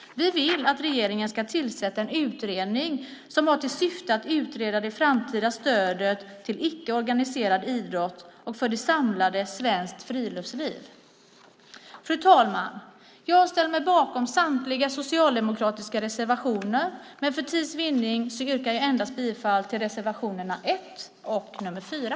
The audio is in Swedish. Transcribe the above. Vi vill att regeringen ska tillsätta en utredning som har till syfte att utreda det framtida stödet till icke organiserad idrott och för det samlade Svenskt Friluftsliv. Fru talman! Jag ställer mig bakom samtliga socialdemokratiska reservationer, men för tids vinnande yrkar jag bifall endast till reservationerna nr 1 och nr 4.